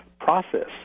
process